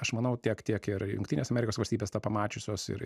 aš manau tiek tiek ir jungtinės amerikos valstybės tą pamačiusios ir